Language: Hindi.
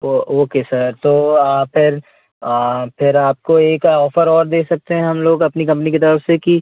तो ओके सर तो फिर फिर आपको एक ऑफ़र और दे सकते हैं हम लोग अपनी कंपनी की तरफ से कि